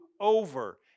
over